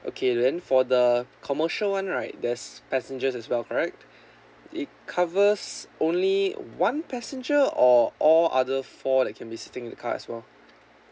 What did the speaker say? okay then for the commercial [one] right there's passengers as well correct it covers only one passenger or all other four like can be sitting in the car as well